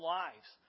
lives